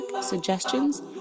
suggestions